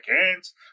hands